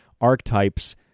archetypes